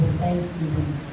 thanksgiving